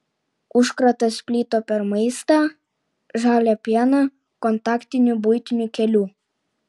užkratas plito per maistą žalią pieną kontaktiniu buitiniu keliu